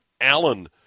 Allen